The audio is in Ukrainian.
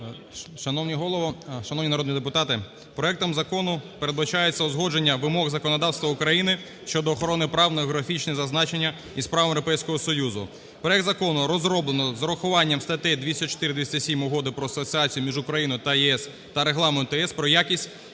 шановні народні депутати, проектом закону передбачається узгодження вимог законодавства України щодо охорони прав на географічні зазначення із правом Європейського Союзу. Проект закону розроблено з урахуванням статей 204, 207 Угоди про асоціацію між Україною та ЄС та Регламент ЄС про якість